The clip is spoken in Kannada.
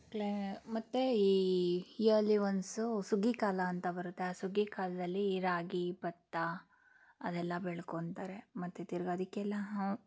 ಕ್ಲೈ ಮತ್ತು ಈ ಇಯರ್ಲಿ ವನ್ಸು ಸುಗ್ಗಿ ಕಾಲ ಅಂತ ಬರುತ್ತೆ ಆ ಸುಗ್ಗಿ ಕಾಲದಲ್ಲಿ ರಾಗಿ ಭತ್ತ ಅದೆಲ್ಲ ಬೆಳ್ಕೊತಾರೆ ಮತ್ತು ತಿರ್ಗಿ ಅದಕ್ಕೆಲ್ಲ